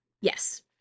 Yes